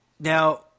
Now